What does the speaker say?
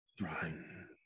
run